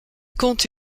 compte